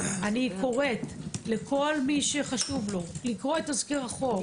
אני קוראת לכל מי שחשוב לו לקרוא את תזכיר החוק,